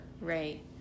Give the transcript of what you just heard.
right